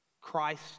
Christ